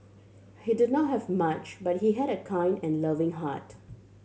he did not have much but he had a kind and loving heart